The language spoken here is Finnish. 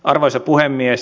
arvoisa puhemies